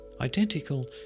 Identical